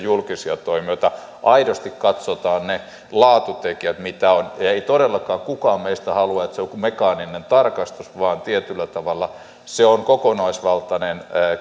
ja julkisia toimijoita aidosti katsotaan ne laatutekijät mitä on ei todellakaan kukaan meistä halua että se on joku mekaaninen tarkastus vaan tietyllä tavalla se on kokonaisvaltainen